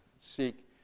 seek